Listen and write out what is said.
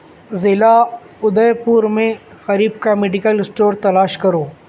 ضلع ادے پور میں قریب کا میڈیکل اسٹور تلاش کرو